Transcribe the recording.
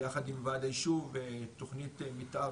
ביחד עם ועד הישוב בתכנית מתאר